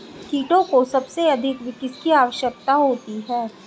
कीटों को सबसे अधिक किसकी आवश्यकता होती है?